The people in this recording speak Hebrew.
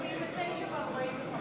אנחנו רוצים להצביע רק על 89 ו-45.